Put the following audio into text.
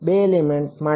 2 element માટે